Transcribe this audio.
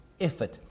effort